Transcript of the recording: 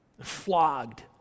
flogged